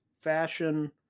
fashion